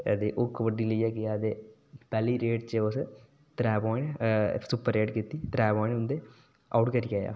ओह् कबड्डी लेइयै गेआ ते पैह्ली रेड च उस उस सुपर रेड कीती ते त्रै प्वाइंट उं'दे आउट करी आया